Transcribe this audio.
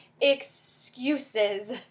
excuses